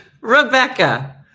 Rebecca